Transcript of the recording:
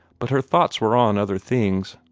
but her thoughts were on other things.